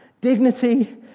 dignity